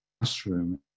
classroom